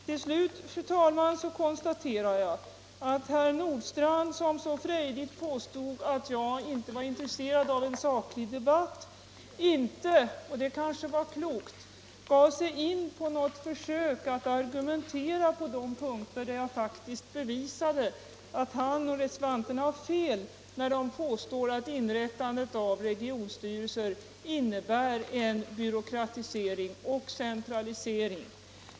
Till slut, fru talman, konstaterar jag att herr Nordstrandh, som så frejdigt påstod att jag inte var intresserad av en saklig debatt, inte — och det kanske var klokt — gav sig in på något försök att argumentera på de punkter där jag bevisade att han och reservanterna har fel när de påstår att inrättandet av regionstyrelser innebär en byråkratisering och centralisering.